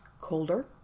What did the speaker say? colder